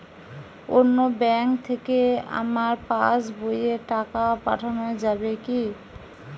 অন্য ব্যাঙ্ক থেকে আমার পাশবইয়ে টাকা পাঠানো যাবে কি?